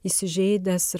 įsižeidęs ir